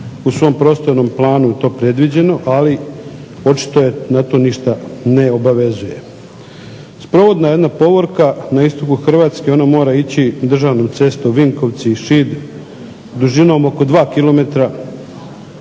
u svom prostornom planu to predviđeno, ali očito je na to ništa ne obvezuje. Sprovodna jedna povorka na istoku Hrvatske ona mora ići državnom cestom Vinkovci-Šid dužinom oko 2 km,